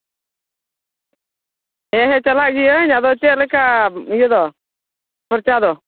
ᱦᱮᱸ ᱦᱮᱸ ᱪᱟᱞᱟᱜ ᱜᱤᱭᱟᱹᱧ ᱟᱫᱚ ᱪᱮᱫ ᱞᱮᱠᱟ ᱤᱭᱟᱹ ᱫᱚ ᱠᱷᱚᱨᱪᱟ ᱫᱚ